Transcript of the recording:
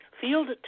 field